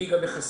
והיא גם מחסנת,